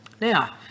Now